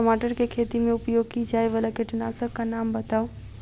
टमाटर केँ खेती मे उपयोग की जायवला कीटनासक कऽ नाम बताऊ?